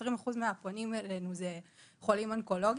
20 אחוז מהפונים אלינו הם חולים אונקולוגיים,